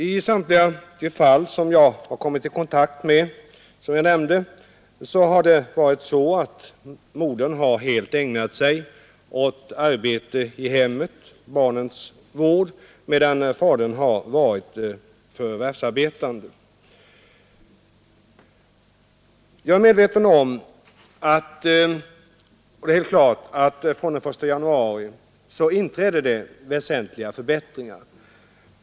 I samtliga de fall jag kommit i kontakt med har det varit så att modern helt har ägnat sig åt arbete i hemmet och åt barnens vård medan fadern har varit förvärvsarbetande. Jag vet att det från den 1 januari inträder väsentliga förbättringar.